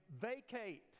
vacate